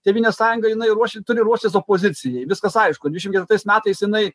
tėvynės sąjunga jinai ruoš turi ruoštis opozicijai viskas aišku dvidešim ketvirtais metais jinai